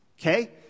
Okay